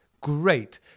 Great